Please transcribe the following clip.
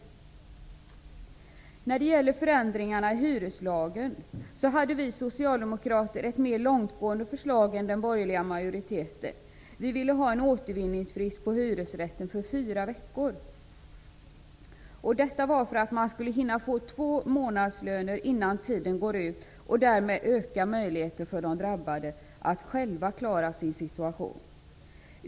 Vi socialdemokrater hade ett mer långtgående förslag än den borgerliga majoriteten när det gäller förändringarna i hyreslagen. Vi ville ha en återvinningsfrist för hyresrätten på fyra veckor; detta för att man skulle hinna få två månadslöner innan tiden går ut och därmed kunna öka möjligheten för den drabbade att själv klara sin situation.